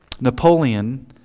Napoleon